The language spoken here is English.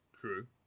True